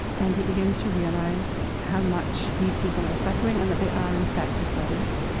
and he begins to realize how much these people are suffering and that they are, in fact, his brothers.